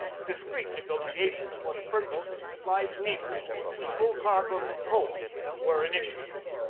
discreet negotiations for the purchase of supply steamers with full cargoes of coal were initiated.